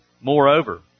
Moreover